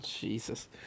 Jesus